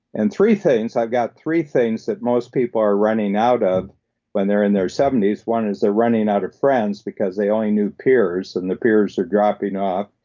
and three things, i've got three things that most people are running out of when they're in their seventy s. one is they're running out of friends, because they only knew peers, and their peers are dropping off.